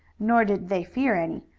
nor did they fear any,